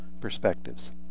perspectives